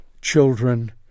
children